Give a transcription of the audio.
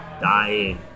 Dying